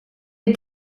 est